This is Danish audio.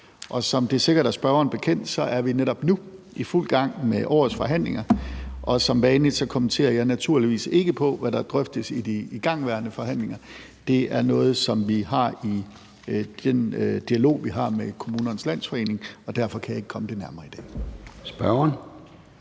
Og som det sikkert er spørgeren bekendt, er vi netop nu i fuld gang med årets forhandlinger. Som vanlig kommenterer jeg naturligvis ikke på, hvad der drøftes i de igangværende forhandlinger. Det er noget, som vi har i dialogen med KL, og derfor kan jeg ikke komme det nærmere i dag. Kl.